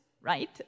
right